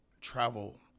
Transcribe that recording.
travel